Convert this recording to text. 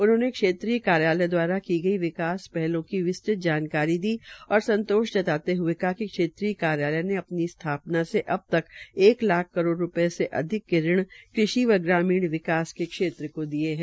उन्होंने क्षेत्रीय कार्यालय द्वारा की गई विकास पहलों की विस्तृत जानकारी दी और संतोश जताते हए कहा कि क्षेत्रीय कार्यालय ने अपनी स्थापना से अब तक एक लाख करोड़ रूपये से अधिक के ऋण कृषि व ग्रामीण विकास के क्षेत्र में दिये है